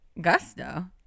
Gusto